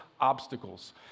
obstacles